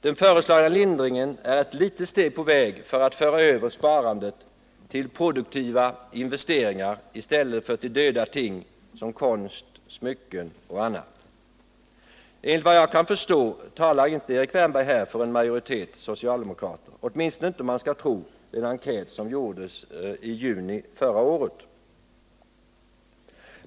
Den föreslagna lindringen är ett litet steg på vägen för att föra över sparandet till produktiva investeringar i stället för till döda ting såsom konst, smycken och annat. Enligt vad jag kan förstå talar inte Erik Wärnberg här för en majoritet av socialdemokraterna, åtminstone inte om man skall tro den enkät som gjordes i juni förra året.